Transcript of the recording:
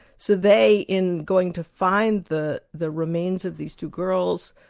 so they, in going to find the the remains of these two girls,